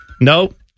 Nope